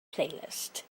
playlist